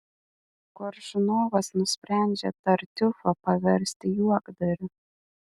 koršunovas nusprendžia tartiufą paversti juokdariu